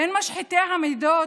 בין משחיתי המידות